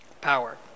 Power